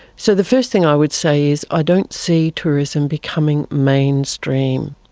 so the first thing i would say is i don't see tourism becoming mainstream.